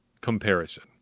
comparison